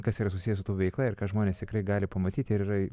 kas yra susiję su veikla ir ką žmonės tikrai gali pamatyti ir yra